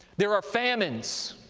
there are famines,